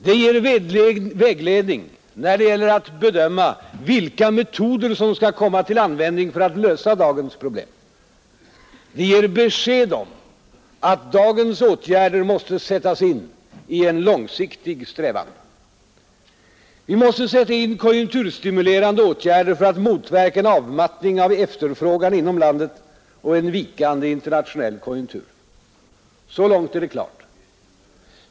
Det ger vägledning när det gäller att bedöma vilka metoder som skall komma till användning för att lösa dagens problem, Det ger besked om att dagens åtgärder måste sättas in i en långsiktig strävan. Vi måste sätta in konjunkturstimulerande åtgärder för att motverka en avmattning av efterfrågan inom landet och en vikande internationell konjunktur. Så långt är det klart.